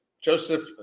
joseph